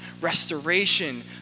restoration